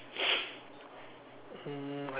mm